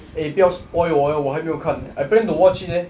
eh 不要 spoil 我 eh 我还没有看 eh I plan to watch it eh